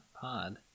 pod